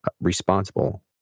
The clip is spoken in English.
responsible